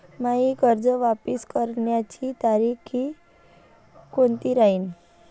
मायी कर्ज वापस करण्याची तारखी कोनती राहीन?